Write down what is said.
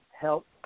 help